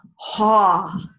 Ha